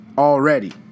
already